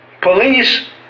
police